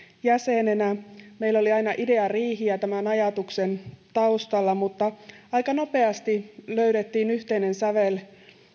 jäsenenä meillä oli aina ideariihiä tämän ajatuksen taustalla mutta aika nopeasti löydettiin yhteinen sävel